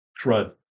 crud